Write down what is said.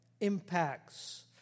impacts